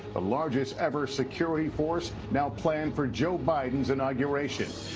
ah largest ever security force now planned for joe biden's inauguration.